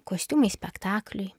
kostiumai spektakliui